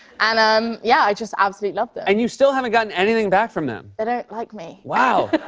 and, um yeah, i just absolutely love them. and you still haven't gotten anything back from them? they don't like me. wow!